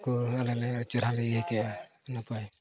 ᱠᱚ ᱟᱞᱮ ᱞᱮ ᱟ ᱹᱰᱤ ᱪᱮᱦᱨᱟ ᱞᱮ ᱤᱭᱟᱹ ᱠᱮᱜᱼᱟ ᱟᱹᱰᱤ ᱱᱟᱯᱟᱭ